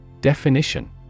Definition